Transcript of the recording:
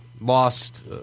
lost